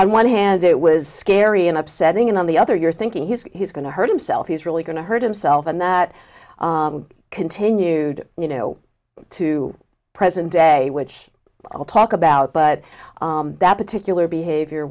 i'm one hand it was gary and upsetting and on the other you're thinking he's going to hurt himself he's really going to hurt himself and that continued you know to present day which i'll talk about but that particular behavior